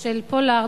של פולארד,